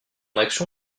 action